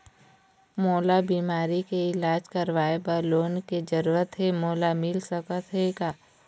मोला बीमारी के इलाज करवाए बर लोन के जरूरत हे मोला मिल सकत हे का?